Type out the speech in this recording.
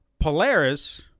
Polaris